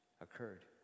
occurred